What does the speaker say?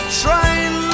train